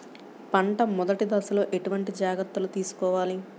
పంట మెదటి దశలో ఎటువంటి జాగ్రత్తలు తీసుకోవాలి?